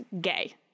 Gay